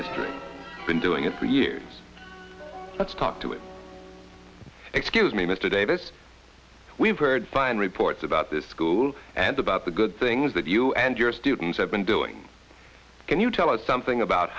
history been doing it for years let's talk to it excuse me mr davis we've heard fine reports about this school and about the good things that you and your students have been doing can you tell us something about